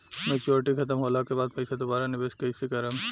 Maturity खतम होला के बाद पईसा दोबारा निवेश कइसे करेम?